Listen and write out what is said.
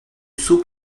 saut